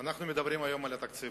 אנחנו מדברים היום על התקציב.